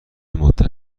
مدت